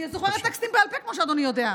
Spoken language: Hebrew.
אני זוכרת טקסטים בעל פה, כמו שאדוני יודע.